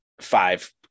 five